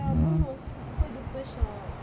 ya moon was super duper shocked